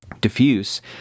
Diffuse